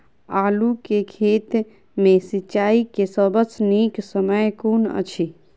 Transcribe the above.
आलु केँ खेत मे सिंचाई केँ सबसँ नीक समय कुन अछि?